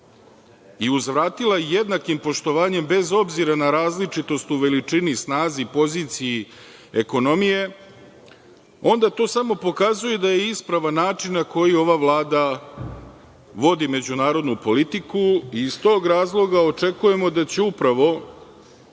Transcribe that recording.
i uzvratila jednaki poštovanjem bez obzira na različitost u veličini, snazi, poziciji ekonomije, onda to samo pokazuje da je ispravan način na koji ova Vlada vođi međunarodnu politiku. Iz tog razloga očekujemo da će upravo